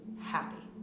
happy